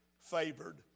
Favored